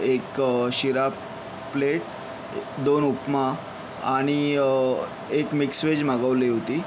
एक शिरा प्लेट दोन उपमा आणि एक मिक्स वेज मागवली होती